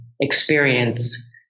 experience